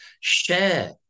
share